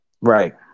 Right